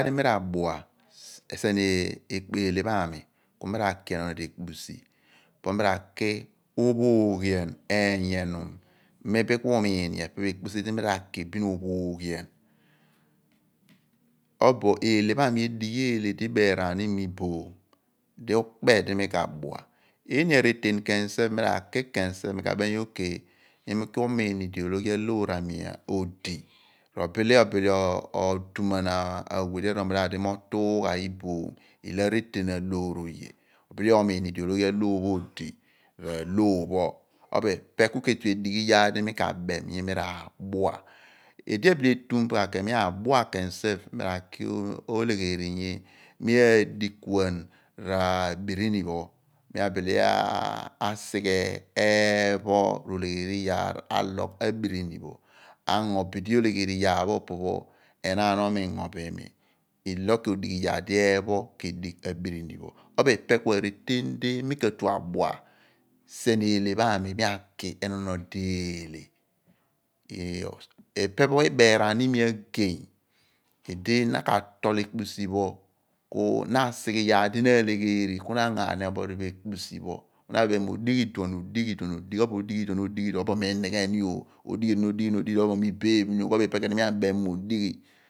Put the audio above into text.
Mem di mi ra dua sien okpo eele pho aami ku mi ra ki ennon odo ekpisi po mi ra ki oophooghian oony enum mi bin ku umiin mo epe phe ekpisi di mi ra ki ophooghian obo ehle pho aami edeghi ekpisi di iberaan iimi ku di ikpe di mi ka bua. Iini areten ken self mi ra ki ken self mo mi uki umiin ilo ahwor aami robile obile otuman awe di erol maadi mootugha iboom ilo areten oye ro bile omiin ipe ologhi awor pho odi bo r´ahwor pho kobo epe ku ke the edighi iyaar di mi ka abem nyi mi ra bua edi ebile etum pa po mi adua ken sef mi ra ki ohlegheri mi aadi kuan abirim pho ku mi abile asighe eepho r´olegheri iyaar abirini pho ango bidi olegheri iyaar pho opo pho enaan pho mi ingo bo iimi ilo kodighi iyaar di eepho ke digh abire pho. Ko bo ipe ku areten di mi ka tue adua sien eele pho aami aki a enon odo ehle. Il-ife pho iberaan limi igey idi na ka atoi ekpesi pho ku na asighe iyaar di na ahlegheri ku na ango aani enon ekpisi pho ku na abem mo odigho iduron odighi iduon obo odighi iduon odighi iduon mi inighe obo mi beeph ni ool ku ko bo ipe edi mi awa mo odighi.